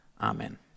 Amen